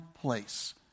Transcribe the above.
place